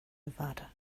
nevada